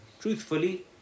truthfully